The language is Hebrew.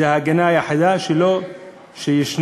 זו ההגנה היחידה שלו שישנה,